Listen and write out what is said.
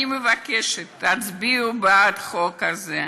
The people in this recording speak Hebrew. אני מבקשת, תצביעו בעד החוק זה.